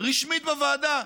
רשמית בוועדה,